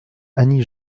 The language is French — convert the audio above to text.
annie